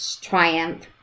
triumph